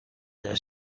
der